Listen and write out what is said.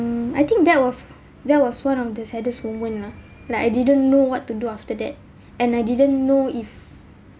I think that was that was one of the saddest moment lah like I didn't know what to do after that and I didn't know if